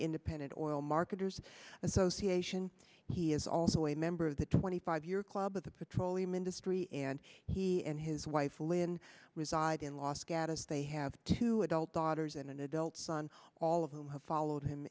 independent oil marketers association he is also a member of the twenty five year club of the petroleum industry and he and his wife lynn reside in los gatos they have two adult daughters and an adult son all of whom have followed him